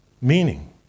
meaning